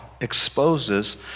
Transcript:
exposes